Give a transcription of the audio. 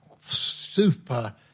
super